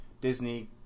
Disney